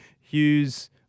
Hughes